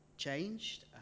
changed